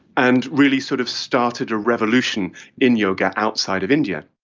and really sort of started a revolution in yoga outside of india.